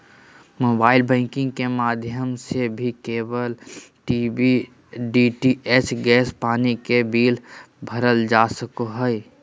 mobile banking के माध्यम से भी केबल टी.वी, डी.टी.एच, गैस, पानी के बिल भरल जा सको हय